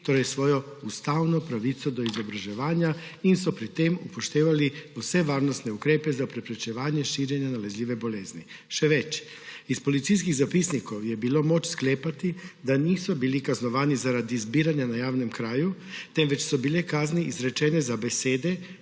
torej svojo ustavno pravico do izobraževanja, in so pri tem upoštevali vse varnostne ukrepe za preprečevanje širjenja nalezljive bolezni. Še več, iz policijskih zapisnikov je bilo moč sklepati, da niso bili kaznovani zaradi zbiranja na javnem kraju, temveč so bile kazni izrečene za besede,